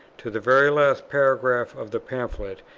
to the very last paragraph of the pamphlet,